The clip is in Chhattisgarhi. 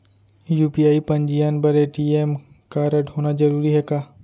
यू.पी.आई पंजीयन बर ए.टी.एम कारडहोना जरूरी हे का?